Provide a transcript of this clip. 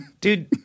Dude